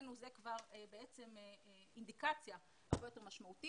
מבחינתנו זאת אינדיקציה הרבה יותר משמעותית.